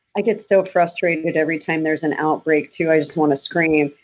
i get so frustrated with every time there's an outbreak, too, i just want to scream.